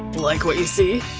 like what you see?